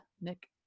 nick